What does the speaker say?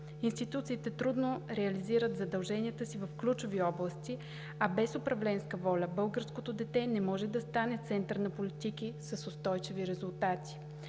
Институциите трудно реализират задълженията си в ключови области, а без управленска воля българското дете не може да стане център на политики с устойчиви резултати.